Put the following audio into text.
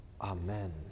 Amen